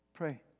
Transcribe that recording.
Pray